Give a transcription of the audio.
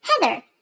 Heather